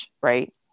right